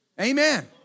Amen